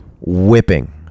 whipping